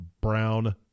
brown